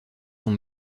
son